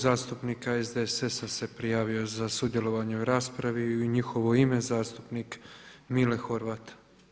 I Klub zastupnika SDSS-a se prijavio za sudjelovanje u raspravi i u njihovo ime zastupnik Mile Horvat.